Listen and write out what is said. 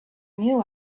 knew